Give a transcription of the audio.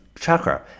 Chakra